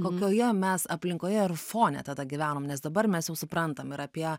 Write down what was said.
kokioje mes aplinkoje ir fone tada gyvenom nes dabar mes jau suprantam ir apie